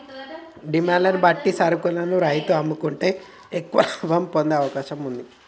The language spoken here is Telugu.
డిమాండ్ ను బట్టి సరుకును రైతు అమ్ముకుంటే ఎక్కువ లాభం పొందే అవకాశం వుంది